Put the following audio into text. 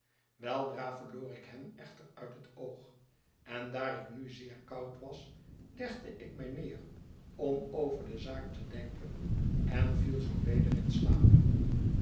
weidra verloor ik hen echter uit het oog en daar ik nu zeer koud was legde ik mij neer om over de zaak te denken en viel zoo weder in slaap